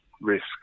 risk